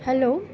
hello